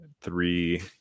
three